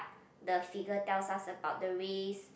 the figure tells us about the race